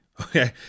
okay